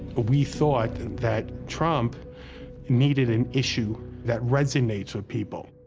we thought and that trump needed an issue that resonates with people.